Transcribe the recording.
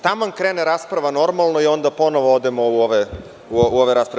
Taman krene rasprava normalno i onda ponovo odemo u ove rasprave.